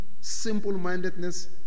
simple-mindedness